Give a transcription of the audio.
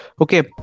okay